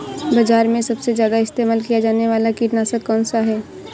बाज़ार में सबसे ज़्यादा इस्तेमाल किया जाने वाला कीटनाशक कौनसा है?